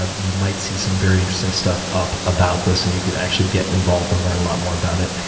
ah you might see some very interesting stuff up about this, and you can actually get involved and learn a lot more about it.